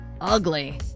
ugly